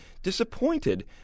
Disappointed